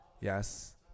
Yes